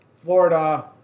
Florida